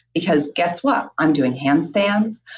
because guess what i'm doing hand stands,